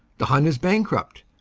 the hun is bank rupt.